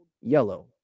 yellow